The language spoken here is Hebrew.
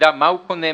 שיידע מה הוא קונה.